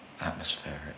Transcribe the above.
Atmospheric